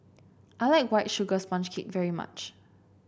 I like White Sugar Sponge Cake very much